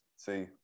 See